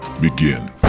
begin